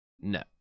no